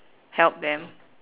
help them